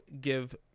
give